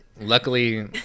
luckily